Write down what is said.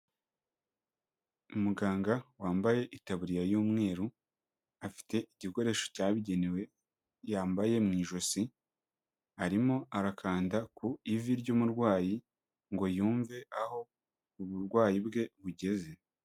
Umuganga wambaye itaburiya y'umweru, afite igikoresho cyabigenewe yambaye mu ijosi, arimo arakanda ku ivi ry'umurwayi ngo yumve aho uburwayi bwe bugeze.